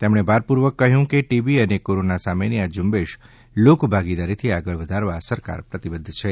તેમણે ભારપૂર્વક કહ્યું કે ટીબી અને કોરોના સામની આ ઝ્રંબેશ લોકભાગીદારીથી આગળ વધારવા સરકાર પ્રતિબદ્ધ છે